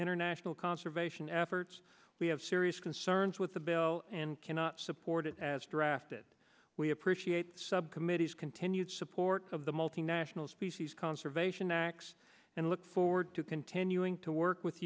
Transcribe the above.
international conservation efforts we have serious concerns with the bill and cannot support it as drafted we appreciate subcommittee's continued support of the multinational species conservation acts and look forward to continuing to work with